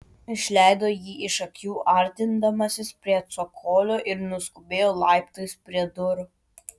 išleido jį iš akių artindamasis prie cokolio ir nuskubėjo laiptais prie durų